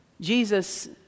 Jesus